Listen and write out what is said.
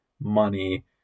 money